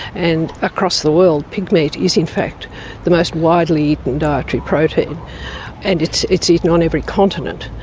and across the world pig meat is in fact the most widely eaten dietary protein and it's it's eaten on every continent.